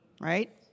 Right